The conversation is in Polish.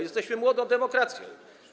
Jesteśmy młodą demokracją.